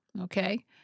okay